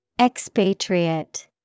Expatriate